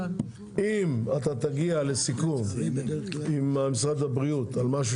אם תגיע לסיכום עם משרד הבריאות על משהו